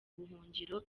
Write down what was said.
buhungiro